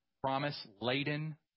promise-laden